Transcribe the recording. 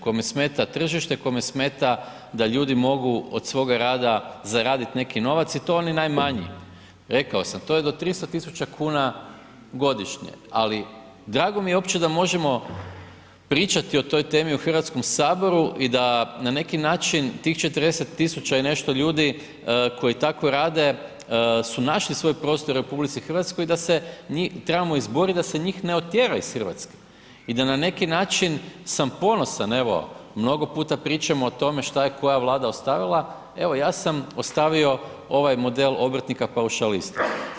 Kome smeta tržište, kome smeta da ljudi mogu od svoga rada zaradit neki novac i to oni najmanji, rekao sam, to je do 300 000 kuna godišnje ali drago mi je uopće da možemo pričati o toj temu u Hrvatskom saboru i da na neki način tih 40 000 i nešto ljudi koji tako rade su našli svoj prostor u RH i da se mi trebamo izborit da se njih ne otjera iz Hrvatske i da na neki način sam ponosan evo, mnogo puta pričamo o tome šta je koja Vlada ostavila, evo ja sam ostavio ovaj model obrtnika paušalista.